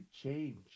change